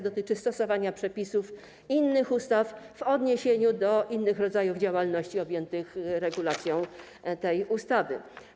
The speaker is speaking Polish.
Dotyczy on stosowania przepisów innych ustaw w odniesieniu do innych rodzajów działalności objętych regulacją tej ustawy.